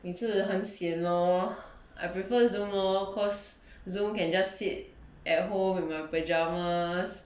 也是很 sian lor I prefer zoom lor cause zoom can just sit at home in my pyjamas